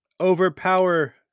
overpower